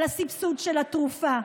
על הסבסוד של התרופה,